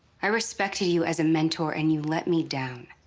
i respected you as a mentor and you let me down.